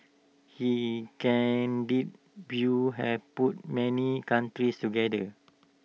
his candid views have put many countries together